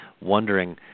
wondering